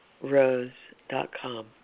rose.com